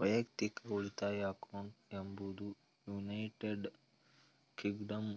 ವೈಯಕ್ತಿಕ ಉಳಿತಾಯ ಅಕೌಂಟ್ ಎಂಬುದು ಯುನೈಟೆಡ್ ಕಿಂಗ್ಡಮ್